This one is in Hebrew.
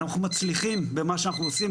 אנחנו מצליחים במה שאנחנו עושים,